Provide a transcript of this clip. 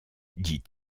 dit